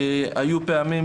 היו פעמים